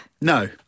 No